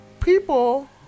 people